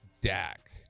Dak